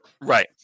right